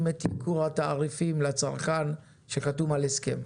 את ייקור התעריפים לצרכן שחתום על הסכם.